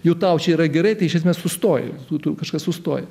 jau tau čia yra gerai tai iš esmės sustoji kažkas sustojo